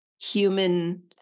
human